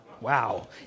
Wow